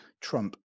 trump